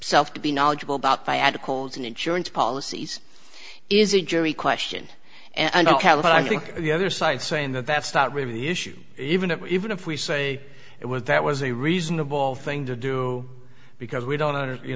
self to be knowledgeable about by at a cause an insurance policies is a jury question and i think the other side saying that that's not really the issue even if even if we say it was that was a reasonable thing to do because we don't